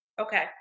Okay